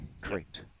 Correct